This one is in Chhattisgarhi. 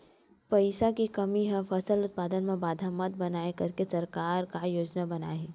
पईसा के कमी हा फसल उत्पादन मा बाधा मत बनाए करके सरकार का योजना बनाए हे?